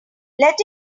let